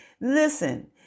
Listen